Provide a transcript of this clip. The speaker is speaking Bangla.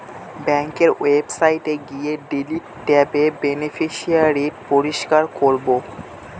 ব্যাঙ্কের ওয়েবসাইটে গিয়ে ডিলিট ট্যাবে বেনিফিশিয়ারি পরিষ্কার করাবো